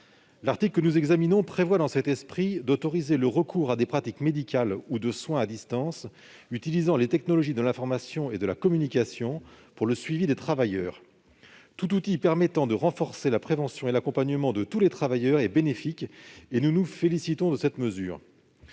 L'article 15 prévoit d'autoriser le recours à des pratiques médicales ou de soins à distance utilisant les technologies de l'information et de la communication pour le suivi des travailleurs. Tout outil permettant de renforcer la prévention et l'accompagnement de tous les travailleurs est bénéfique. Nous nous félicitons donc de cette mesure.